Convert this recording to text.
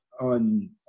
on